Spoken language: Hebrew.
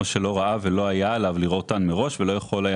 או שלא ראה ולא היה עליו לראותן מראש ולא יכול היה